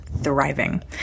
thriving